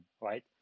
right